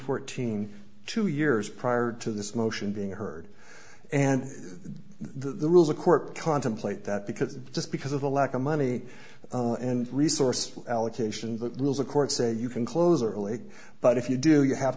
fourteen two years prior to this motion being heard and the rules of court contemplate that because just because of the lack of money and resource allocation the rules of court say you can close early but if you do you have